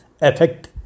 effect